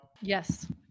Yes